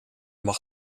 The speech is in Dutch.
mag